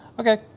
Okay